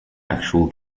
actual